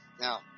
now